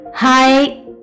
Hi